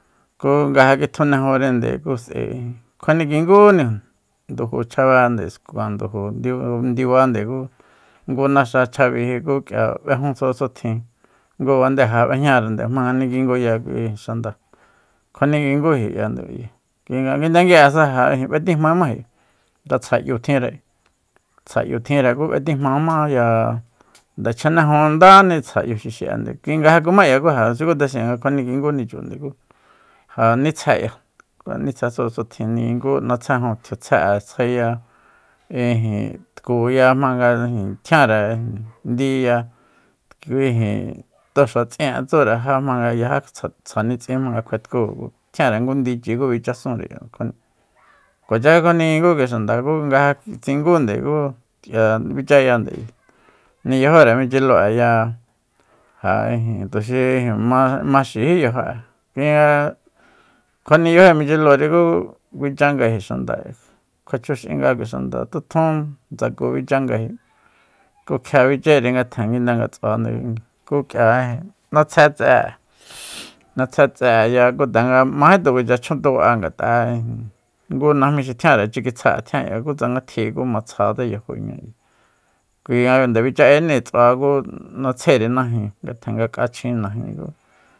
Ku nga ja kitjunejurinde ku s'ae kjuanikingúni nduju chjabende skuan duju ndibande ku ngu naxa chjabiji ku k'ia bejun tsjuatjin tsjuatjinji ngu bandeja b'ejñarende jmanga nikinguya kui xanda kjuanikingúji k'iande ayi kui nga nguindegui'esa ja ijin b'etijmamáji ngat'a tjsa'yu tjinre tsja 'yu tjinre ku b'étijmamáya nde chjanejundáni tsja'yu xixi'e kui nga ja kumá'kia ja xuku texin'a nga kjuanikingúni kui chunde ku ja nitsjék'ia ku ja nitsje tsjuatin tsjuatinni ku n'atsjejun tjiutsjé'e tsjaeya ijin tkuya jmanga ijin tjiánre ndiya kui ijin taxatsin'e tsúre ja ya jmanga yajá tsja- tsja nitsin jmanga kjuetkú tjiánre ngu ndichi ku bichasúnre k'ia kuacha kjuanikingú kui xanda ku nga ja tsingunde ku k'ia bichayande ayi niyajore michilu'eya ja ijin tuxi ma- ma xijí yajo'e kuinga kjua niyajóe michiluri ku kuichangaji xanda kuachjux'inga kui xanda ku tjun ndsaku bichangaeji ku kjia bichéri nguinde ngatsuande ku k'ia n'atsjé tse'e'e n'atsjé tse'e'eya ku tanga majé tukuacha chjuntuba'a ngat'a ijin ngu najmí xi tjianre chikitsja'e tjian k'ia ku tsanga tji ku matsjatse yajoña ayi kui nga nde bicha'eni tsua ku n'atsjéri naje ngatjen ngak'a chjin najin ku